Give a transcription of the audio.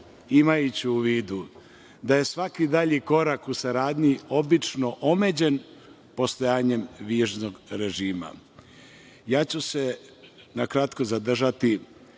imajući u vidu da je svaki dalji korak u saradnji obično omeđen postojanjem viznog režima. Ja ću se na kratko zadržati